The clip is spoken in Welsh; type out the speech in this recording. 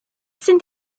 sydd